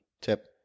tip